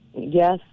Yes